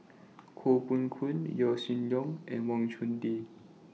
Koh Poh Koon Yaw Shin Leong and Wang Chunde